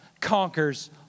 conquers